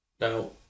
Now